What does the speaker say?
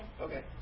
Okay